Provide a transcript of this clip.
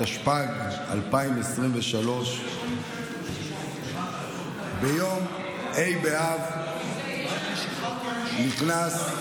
התשפ"ג 2023. ביום ה' באב נכנס,